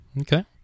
Okay